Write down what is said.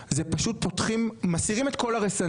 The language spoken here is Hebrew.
כאן זה פשוט מסירים את כל הרסנים,